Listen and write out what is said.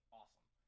awesome